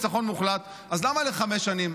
אז למה לחמש שנים?